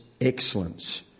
excellence